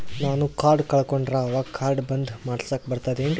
ನಾನು ಕಾರ್ಡ್ ಕಳಕೊಂಡರ ಅವಾಗ ಕಾರ್ಡ್ ಬಂದ್ ಮಾಡಸ್ಲಾಕ ಬರ್ತದೇನ್ರಿ?